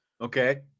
Okay